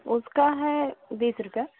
उसका है बीस रुपया